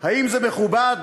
האם זה מכובד?